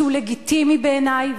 שהוא לגיטימי בעיני,